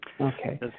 Okay